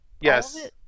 Yes